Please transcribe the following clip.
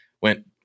went